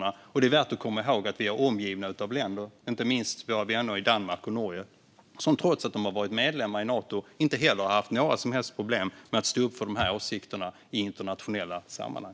Det är också värt att komma ihåg att vi är omgivna av länder, inte minst våra vänner Danmark och Norge, som trots att de varit medlemmar i Nato inte heller har haft några som helst problem med att stå upp för dessa åsikter i internationella sammanhang.